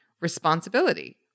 responsibility